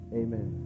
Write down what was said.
amen